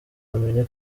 bamenye